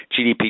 GDP